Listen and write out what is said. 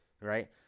right